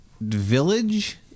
village